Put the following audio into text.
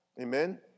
Amen